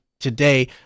Today